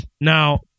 Now